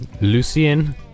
Lucien